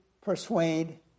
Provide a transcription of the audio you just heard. persuade